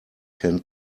can